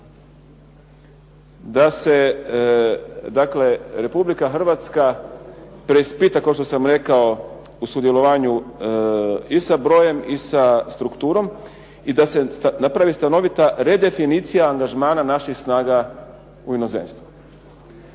dakle Republika Hrvatska preispita, kao što sam rekao u sudjelovanju i sa brojem i sa strukturom i da se napravi stanovita redefinicija angažmana naših snaga u inozemstvu.